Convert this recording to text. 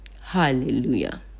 Hallelujah